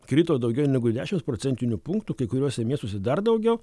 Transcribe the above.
krito daugiau negu dešimts procentinių punktų kai kuriuose miestuose dar daugiau